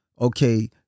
okay